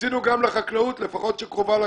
רצינו גם לחקלאות, לפחות שקרובה לגבול,